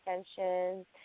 extensions